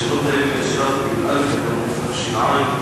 השאלות האלה הן מי"א בתמוז תש"ע.